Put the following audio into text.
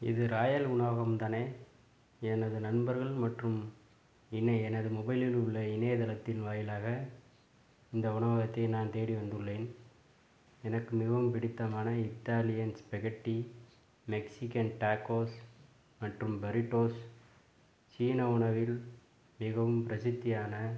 இது ராயல் உணவகம் தானே எனது நண்பர்கள் மற்றும் இணை எனது மொபைலில் உள்ள இணையதளத்தின் வாயிலாக இந்த உணவகத்தை நான் தேடி வந்துள்ளேன் எனக்கு மிகவும் பிடித்தமான இத்தாலியன் ஸ்பெகட்டி மெக்சிகன் டேக்கோஸ் மற்றும் பெரிட்டோஸ் சீன உணவில் மிகவும் பிரசித்தியான